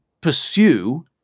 pursue